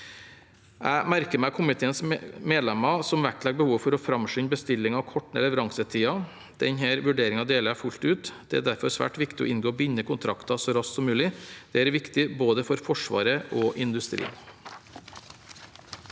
Jeg merker meg komiteens medlemmer som vektlegger behovet for å framskynde bestillinger og korte ned leveransetiden. Den vurderingen deler jeg fullt ut. Det er derfor svært viktig å inngå bindende kontrakter så raskt som mulig. Dette er viktig både for Forsvaret og for industrien.